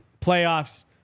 playoffs